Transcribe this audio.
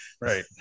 Right